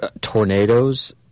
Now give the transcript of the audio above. tornadoes